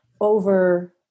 over